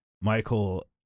michael